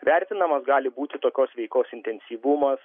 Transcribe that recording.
vertinamas gali būti tokios veikos intensyvumas